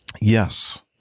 Yes